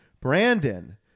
Brandon